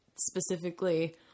specifically